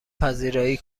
پذیرایی